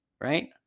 right